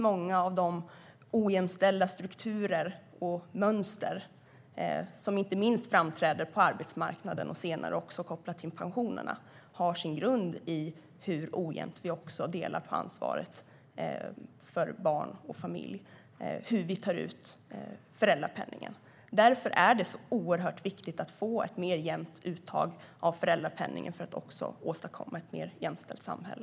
Många av de ojämställda strukturer och mönster som inte minst framträder på arbetsmarknaden, senare kopplat till pensionerna, har sin grund i hur ojämnt vi också delar på ansvaret för barn och familj, det vill säga uttaget av föräldrapenning. Därför är det så oerhört viktigt att få ett mer jämnt uttag av föräldrapenningen för att åstadkomma ett mer jämställt samhälle.